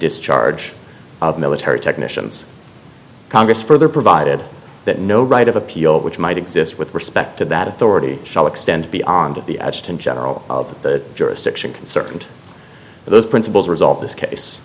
discharge of military technicians congress for provided that no right of appeal which might exist with respect to that authority shall extend beyond the adjutant general of the jurisdiction concerned those principles resolved this case